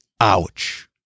Ouch